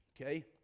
okay